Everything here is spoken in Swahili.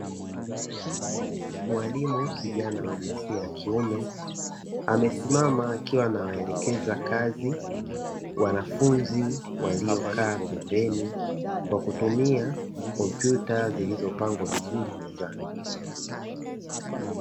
Mwalimu kijana wa jinsia ya kiume amesimama akiwa anawaelekeza kazi wanafunzi waliokaa pembeni kwa kutumia kompyuta zilizopangwa vizuri mezani.